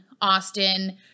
Austin